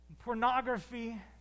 pornography